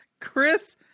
Chris